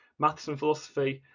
maths and philosophy,